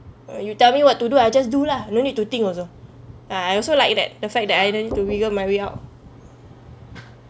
you tell me what to do I just do lah no need to think also ya I also like that the fact I don't to wriggle my way out